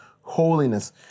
holiness